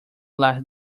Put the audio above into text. las